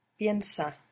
Piensa